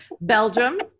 Belgium